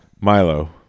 Milo